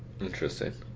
Interesting